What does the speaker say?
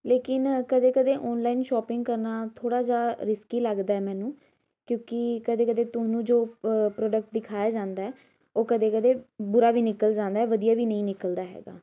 ਲੇਕਿਨ ਕਦੇ ਕਦੇ ਔਨਲਾਈਨ ਸ਼ੌਪਿੰਗ ਕਰਨਾ ਥੋੜ੍ਹਾ ਜਿਹਾ ਰਿਸਕੀ ਲੱਗਦਾ ਹੈ ਮੈਨੂੰ ਕਿਉਂਕਿ ਕਦੇ ਕਦੇ ਤੁਹਾਨੂੰ ਜੋ ਪ੍ਰੋਡਕਟ ਦਿਖਾਇਆ ਜਾਂਦਾ ਹੈ ਉਹ ਕਦੇ ਕਦੇ ਬੁਰਾ ਵੀ ਨਿਕਲ ਜਾਂਦਾ ਹੈ ਵਧੀਆ ਵੀ ਨਹੀਂ ਨਿਕਲਦਾ ਹੈਗਾ